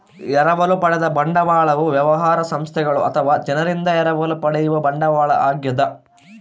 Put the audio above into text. ಎರವಲು ಪಡೆದ ಬಂಡವಾಳವು ವ್ಯವಹಾರ ಸಂಸ್ಥೆಗಳು ಅಥವಾ ಜನರಿಂದ ಎರವಲು ಪಡೆಯುವ ಬಂಡವಾಳ ಆಗ್ಯದ